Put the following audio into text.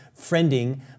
friending